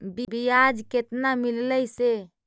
बियाज केतना मिललय से?